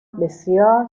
بسیار